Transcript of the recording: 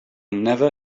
never